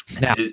Now